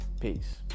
Peace